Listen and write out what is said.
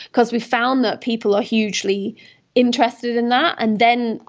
because we found that people are hugely interested in that. and then,